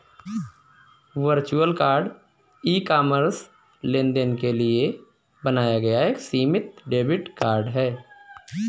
virtual card e commerce लेनदेन के लिए बनाया गया एक सीमित डेबिट कार्ड है